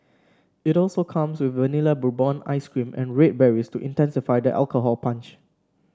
it also comes with Vanilla Bourbon ice cream and red berries to intensify the alcohol punch